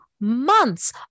months